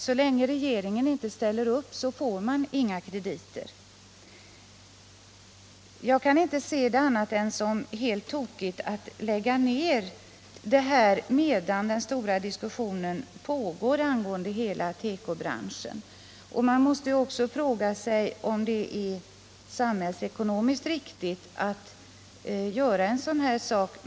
Så länge regeringen inte ställer upp får man inga krediter. Jag kan inte se det som annat än helt tokigt att lägga ned detta företag medan den stora diskussionen om hela tekobranschen pågår. Man måste fråga sig om det är samhällsekonomiskt riktigt att göra det.